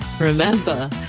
remember